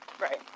Right